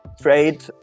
trade